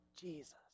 Jesus